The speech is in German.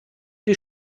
die